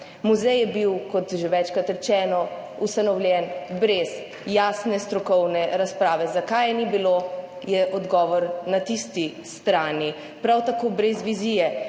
Muzej je bil, kot že večkrat rečeno, ustanovljen brez jasne strokovne razprave. Zakaj je ni bilo, je odgovor na tisti strani. Prav tako brez vizije,